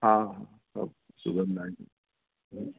हा सभु सिबंदा आहियूं